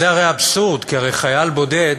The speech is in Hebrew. זה אבסורד, כי הרי חייל בודד,